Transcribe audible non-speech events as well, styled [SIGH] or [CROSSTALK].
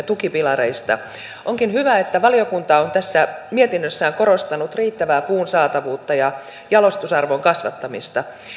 [UNINTELLIGIBLE] tukipilareista onkin hyvä että valiokunta on tässä mietinnössään korostanut riittävää puun saatavuutta ja jalostusarvon kasvattamista